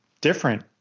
different